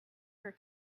her